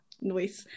noise